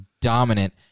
dominant